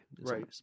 Right